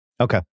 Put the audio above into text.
Okay